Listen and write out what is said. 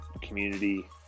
community